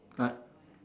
I